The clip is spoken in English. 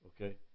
okay